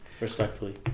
respectfully